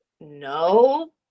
no